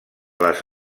les